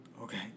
Okay